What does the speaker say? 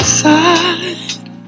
side